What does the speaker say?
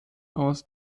aus